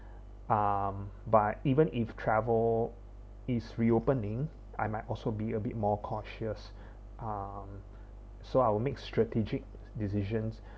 um but even if travel is reopening I might also be a bit more cautious um so I'll make strategic decisions